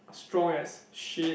strong as shit